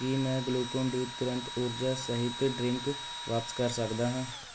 ਕੀ ਮੈਂ Glucon D ਤੁਰੰਤ ਊਰਜਾ ਸਿਹਤ ਡਰਿੰਕ ਵਾਪਸ ਕਰ ਸਕਦਾ ਹਾਂ